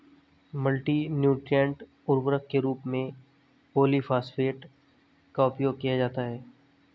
multi nutrient उर्वरक के रूप में पॉलिफॉस्फेट का उपयोग किया जाता है